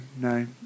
no